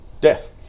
death